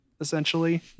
essentially